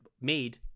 made